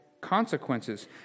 consequences